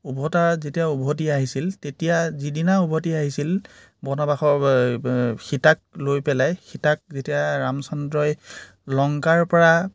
উভটা যেতিয়া উভটি আহিছিল তেতিয়া যিদিনা উভটি আহিছিল বনবাসৰ সীতাক লৈ পেলাই সীতাক যেতিয়া ৰামচন্দ্ৰই লংকাৰ পৰা